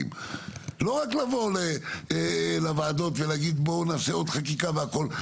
לא רק לבוא לוועדות ולהגיד בואו נעשה עוד חקיקה והכל.